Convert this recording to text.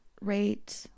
rate